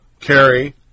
carry